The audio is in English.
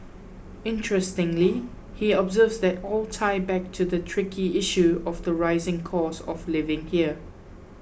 interestingly he observes they all tie back to the tricky issue of the rising cost of living here